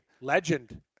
Legend